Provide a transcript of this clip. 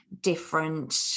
different